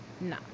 no